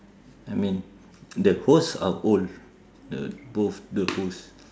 I mean the hosts are old the both the hosts